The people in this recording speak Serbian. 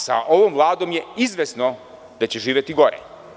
Sa ovom Vladom je izvesno da će živeti gore.